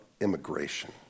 immigration